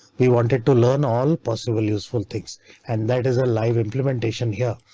we wanted to learn all possible useful things and that is alive implementation here.